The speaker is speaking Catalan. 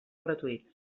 gratuïts